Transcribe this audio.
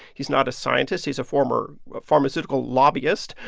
he's not a scientist. he's a former pharmaceutical lobbyist.